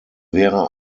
wäre